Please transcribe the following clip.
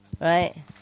right